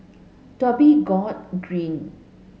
Dhoby Ghaut Green